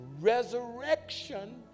resurrection